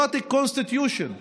Democratic Constitution,